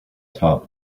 top